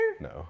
No